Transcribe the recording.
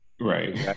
right